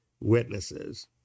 witnesses